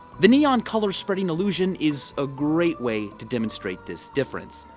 the neon color spreading illusion is a great way to demonstrate this difference.